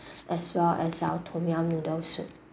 as well as our tom yum noodle soup